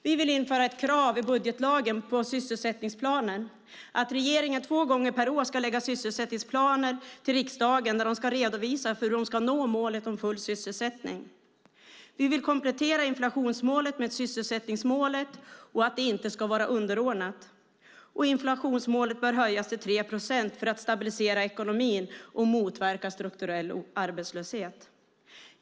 Vi vill införa ett krav i budgetlagen på sysselsättningsplaner, att regeringen två gånger per år ska lägga fram sysselsättningsplaner till riksdagen där de ska redovisa hur de ska nå målet full sysselsättning. Vi vill komplettera inflationsmålet med ett sysselsättningsmål och att det inte ska vara underordnat inflationsmålet. Och inflationsmålet bör höjas till 3 procent för att stabilisera ekonomin och motverka strukturell arbetslöshet.